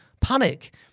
panic